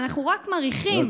אנחנו רק מריחים יציאה מהקורונה,